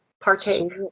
partake